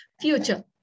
future